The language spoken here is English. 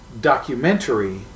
documentary